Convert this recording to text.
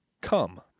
Come